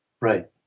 Right